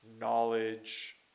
knowledge